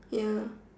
ya